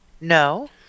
No